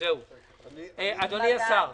אדוני השר.